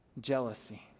jealousy